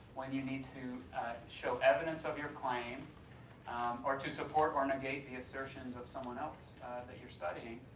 when you need to show evidence of your claim or to support or negate the assertions of someone else that you're studying,